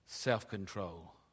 self-control